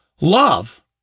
love